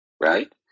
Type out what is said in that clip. right